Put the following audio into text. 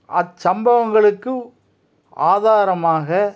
அச்சம்பவங்களுக்கு ஆதாரமாக